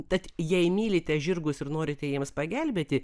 tad jei mylite žirgus ir norite jiems pagelbėti